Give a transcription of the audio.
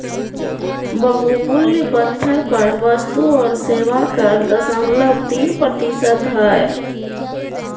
बहुमूल्य पत्थर पर वस्तु और सेवा कर दशमलव तीन प्रतिशत हय